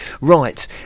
Right